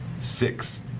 six